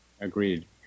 agreed